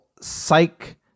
Psych